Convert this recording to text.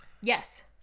Yes